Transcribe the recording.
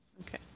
Okay